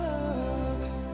Love